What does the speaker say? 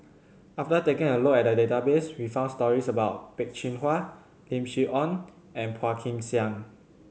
after taking a look at the database we found stories about Peh Chin Hua Lim Chee Onn and Phua Kin Siang